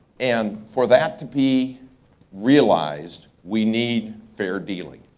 and for that to be realized, we need fair dealing.